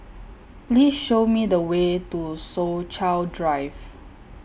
Please Show Me The Way to Soo Chow Drive